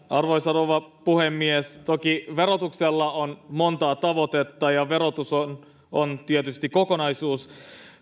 arvoisa rouva puhemies toki verotuksella on monta tavoitetta ja verotus on on tietysti kokonaisuus